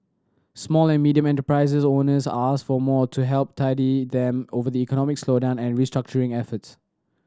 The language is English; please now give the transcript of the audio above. small and medium enterprises owners asked for more to help tide them over the economic slowdown and restructuring efforts